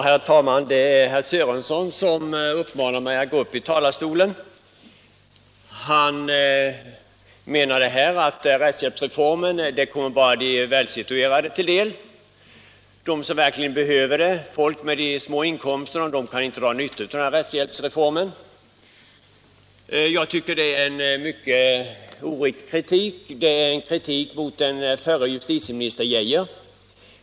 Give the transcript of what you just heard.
Herr talman! Det är herr Sörensons anförande som föranleder mig att gå upp i talarstolen. Han menade att rättshjälpsreformen bara kommer de välsituerade till del ,och att de som verkligen behöver hjälp, dvs. folk med små inkomster, inte kan dra nytta av reformen. Jag tycker att det är en mycket oriktig kritik. Det är en kritik mot förre justitieministern Geijer.